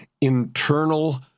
Internal